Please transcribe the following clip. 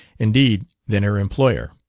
indeed, than her employer.